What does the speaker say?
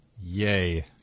Yay